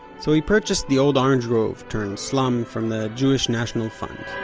so he purchased the old orange-grove-turned-slum from the jewish national fund.